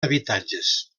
habitatges